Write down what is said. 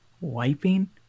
wiping